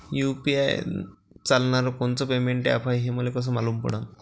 UPI चालणारं कोनचं payment app हाय, हे मले कस मालूम पडन?